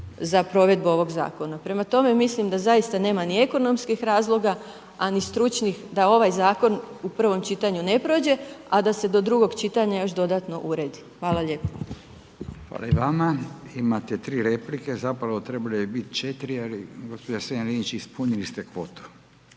za provedbu ovog zakona. Prema tome, mislim da zaista nema ni ekonomskih razloga a ni stručnih da ovaj zakon u prvom čitanju ne prođe a da se do drugog čitanja još dodatno uredi. Hvala lijepo. **Radin, Furio (Nezavisni)** Hvala i vama. Imate tri replike, zapravo je biti četiri, ali gospođo Strenja-Linić, ispunili ste kvotu.